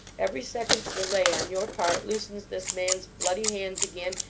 every second's delay on your part loosens this man's bloody hands again,